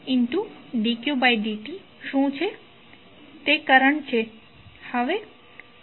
d qd t શું છે તે કરંટ i છે